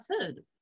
food